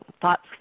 thoughts